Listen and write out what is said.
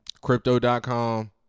Crypto.com